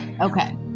Okay